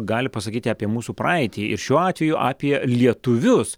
gali pasakyti apie mūsų praeitį ir šiuo atveju apie lietuvius